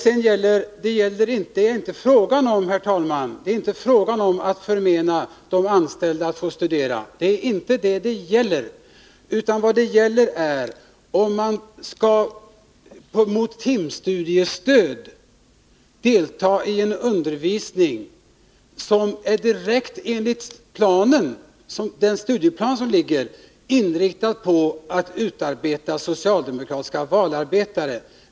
Vidare: Det är inte fråga om att förmena de anställda rätten att få studera. Det gäller inte det, utan det gäller om man mot timstudiestöd skall delta i en undervisning som — enligt föreliggande studieplan — är direkt inriktad på att utbilda socialdemokratiska valarbetare.